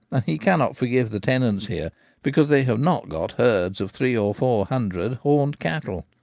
and he cannot forgive the tenants here because they have not got herdsj of three or four hundred horned cattle.